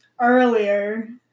earlier